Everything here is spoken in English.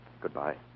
Goodbye